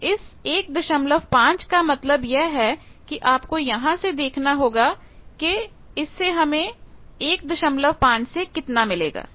तो इस 15 का मतलब यह है कि आपको यहां से देखना होगा किससे हमें 15 से कितना मिलेगा